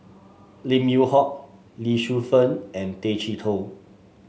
Lim Yew Hock Lee Shu Fen and Tay Chee Toh